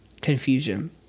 confusion